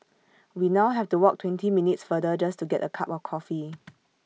we now have to walk twenty minutes farther just to get A cup of coffee